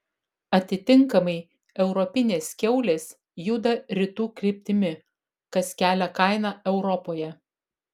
atitinkamai europinės kiaulės juda rytų kryptimi kas kelia kainą europoje